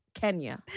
Kenya